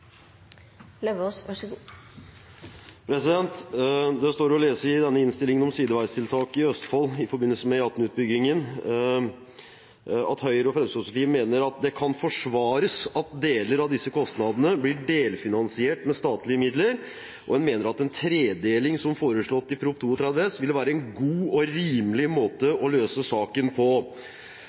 Det står å lese i denne innstillingen om sideveistiltak i Østfold i forbindelse med E18-utbyggingen, at Høyre og Fremskrittspartiet mener at det kan forsvares at deler av disse kostnadene blir delfinansiert med statlige midler, og en mener at en tredeling, som foreslått i Prop. 32 S, ville være en god og rimelig måte å løse saken på.